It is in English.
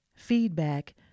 feedback